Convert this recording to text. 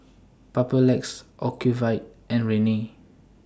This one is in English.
Papulex Ocuvite and Rene